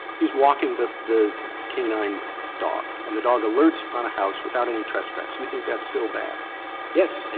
he's walking the the k nine dog, and the dog alerts on a house without any trespass. you think that's still bad? blumberg yes. and